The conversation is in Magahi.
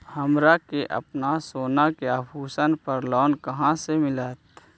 हमरा के अपना सोना के आभूषण पर लोन कहाँ से मिलत?